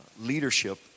leadership